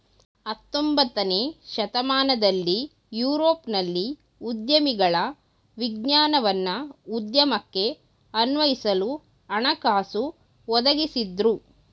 ಹತೊಂಬತ್ತನೇ ಶತಮಾನದಲ್ಲಿ ಯುರೋಪ್ನಲ್ಲಿ ಉದ್ಯಮಿಗಳ ವಿಜ್ಞಾನವನ್ನ ಉದ್ಯಮಕ್ಕೆ ಅನ್ವಯಿಸಲು ಹಣಕಾಸು ಒದಗಿಸಿದ್ದ್ರು